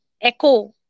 echo